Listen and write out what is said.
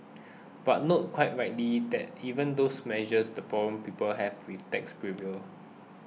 but noted quite rightly that even with those measures the problems people have with taxis prevailed